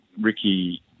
Ricky